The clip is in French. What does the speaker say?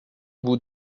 bout